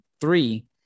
three